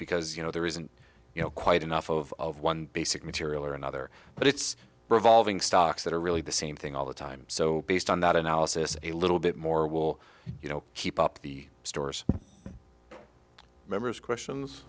because you know there isn't you know quite enough of one basic material or another but it's revolving stocks that are really the same thing all the time so based on that analysis a little bit more will you know keep up the stores remembers questions